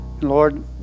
Lord